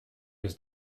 his